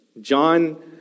John